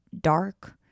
dark